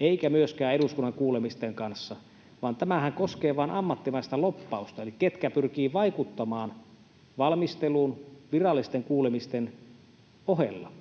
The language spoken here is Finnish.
eikä myöskään eduskunnan kuulemisten kanssa, vaan tämähän koskee vain ammattimaista lobbausta, eli ketkä pyrkivät vaikuttamaan valmisteluun virallisten kuulemisten ohella.